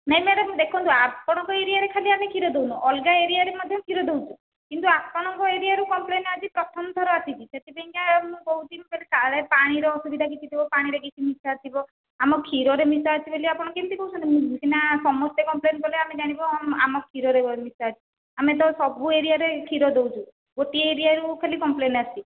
ନାଇଁ ମ୍ୟାଡ଼ାମ୍ ଦେଖନ୍ତୁ ଆପଣଙ୍କ ଏରିଆରେ ଖାଲି ଆମେ କ୍ଷୀର ଦେଉନୁ ଅଲଗା ଏରିଆରେ ମଧ୍ୟ କ୍ଷୀର ଦେଉଛୁ କିନ୍ତୁ ଆପଣଙ୍କ ଏରିଆରୁ କମ୍ପ୍ଲେନ୍ ଆଜି ପ୍ରଥମ ଥର ଆସିଛି ସେଥିପାଇଁକା ମୁଁ କହୁଥିଲି କାଳେ ପାଣିର ଅସୁବିଧା କିଛି ଥିବ ପାଣିରେ କିଛି ମିଶାଥିବ ଆମ କ୍ଷୀରରେ କିଛି ମିଶା ଅଛି ବୋଲି ଆପଣ କେମିତି କହୁଛନ୍ତି ନା ସମସ୍ତେ କମ୍ପ୍ଲେନ୍ କଲେ ଆମେ ଜାଣିବୁ ଆମ କ୍ଷୀରରେ ମିଶାଅଛି ଆମେ ତ ସବୁ ଏରିଆରେ କ୍ଷୀର ଦେଉଛୁ ଗୋଟିଏ ଏରିଆରୁ ଖାଲି କମ୍ପ୍ଲେନ୍ ଆସିଛି